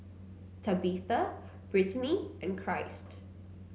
Tabitha Brittani and Christ